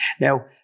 now